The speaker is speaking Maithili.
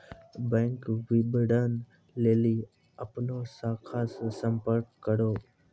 बैंक विबरण लेली अपनो शाखा से संपर्क करो